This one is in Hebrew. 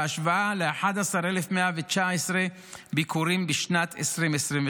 בהשוואה ל-11,119 ביקורים בשנת 2023,